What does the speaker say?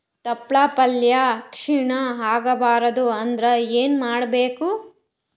ತೊಪ್ಲಪಲ್ಯ ಕ್ಷೀಣ ಆಗಬಾರದು ಅಂದ್ರ ಏನ ಮಾಡಬೇಕು?